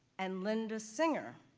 and linda singer,